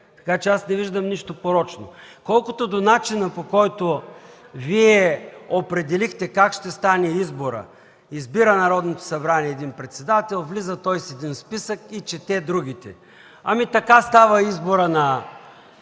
Така че аз не виждам нищо порочно. Колкото до начина, по който Вие определихте как ще стане изборът – Народното събрание избира един председател, влиза той с един списък и чете другите. Така става изборът на